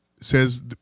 says